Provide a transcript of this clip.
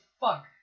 fuck